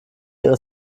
ihre